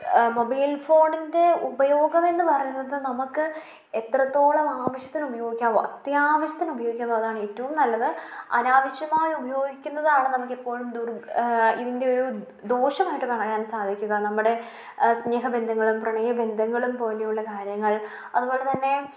mobile ഫോണിൻ്റെ ഉപയോഗമെന്നു പറയുന്നത് നമുക്ക് എത്രത്തോളം ആവശ്യത്തിന് ഉപയോഗിക്കാമോ അത്യാവശ്യത്തിന് ഉപയോഗിക്കാമോ അതാണ് ഏറ്റവും നല്ലത് അനാവശ്യമായി ഉപയോഗിക്കുന്നതാണ് നമുക്കെപ്പോഴും ദുർ ഇതിൻ്റെ ഒരു ദോഷമായിട്ട് പറയാൻ സാധിക്കുക നമ്മുടെ സ്നേഹബന്ധങ്ങളും പ്രണയ ബന്ധങ്ങളും പോലെയുള്ള കാര്യങ്ങൾ അതുപോലെതന്നെ